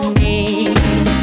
need